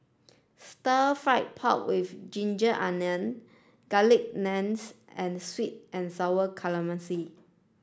stir fried pork with ginger onion garlic naans and sweet and sour calamari